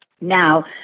Now